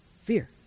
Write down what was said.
Fear